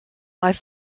lies